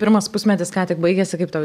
pirmas pusmetis ką tik baigėsi kaip tau